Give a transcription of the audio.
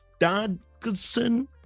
Dodgson